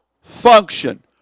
function